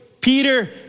Peter